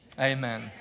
amen